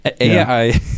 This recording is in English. AI